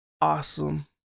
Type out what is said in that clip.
awesome